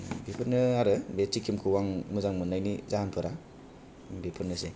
बेफोरनो आरो बे सिक्कमखौ आं मोजां मोननायनि जाहोन फोरा बेफोरनोसोय